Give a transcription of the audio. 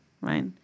right